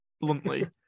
bluntly